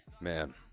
Man